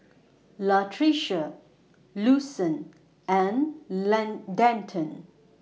Latricia Lucien and Denton